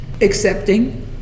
Accepting